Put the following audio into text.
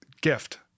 gift